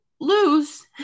lose